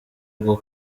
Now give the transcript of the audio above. bwo